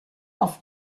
auf